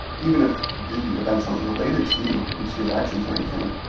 even if the events aren't related to you, and to your actions or anything